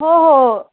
हो हो हो